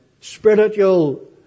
spiritual